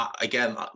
Again